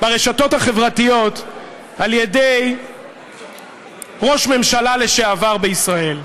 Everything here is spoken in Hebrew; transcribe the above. ברשתות החברתיות על ידי ראש ממשלה לשעבר בישראל.